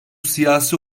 siyasi